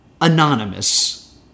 anonymous